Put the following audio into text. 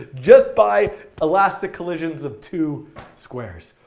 just by elastic collisions of two squares!